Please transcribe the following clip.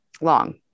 long